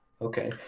okay